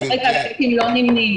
שכרגע הצ'קים לא נמנים.